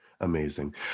Amazing